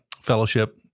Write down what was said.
fellowship